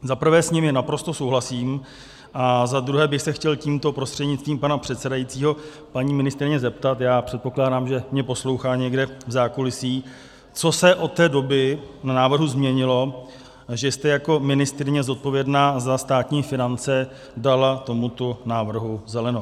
Za prvé s nimi naprosto souhlasím a za druhé bych se chtěl tímto prostřednictvím pana předsedajícího paní ministryně zeptat předpokládám, že mě někde v zákulisí poslouchá co se od té doby na návrhu změnilo, že jste jako ministryně zodpovědná za státní finance dala tomuto návrhu zelenou.